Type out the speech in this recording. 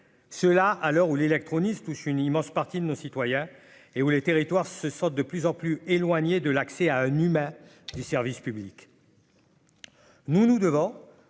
là à l'heure où l'électronique tous une immense partie de nos citoyens et où les territoires se sentent de plus en plus éloignés de l'accès à un humain du service public. Nous nous devant